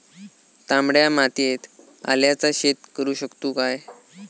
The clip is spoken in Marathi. तामड्या मातयेत आल्याचा शेत करु शकतू काय?